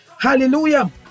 Hallelujah